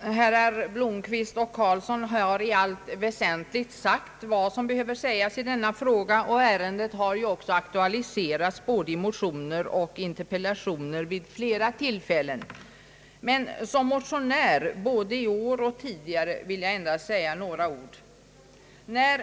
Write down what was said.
Herrar Blomquist och Carlsson har i allt väsentligt sagt vad som behöver sägas i denna fråga. Ärendet har ju också vid flera tillfällen aktualiserats både i motioner och interpellationer. Som motionär såväl i år som tidigare vill jag ändå säga några ord i frågan.